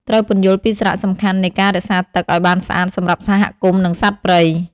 ត្រូវពន្យល់ពីសារៈសំខាន់នៃការ រក្សាទឹក ឱ្យបានស្អាតសម្រាប់សហគមន៍និងសត្វព្រៃ។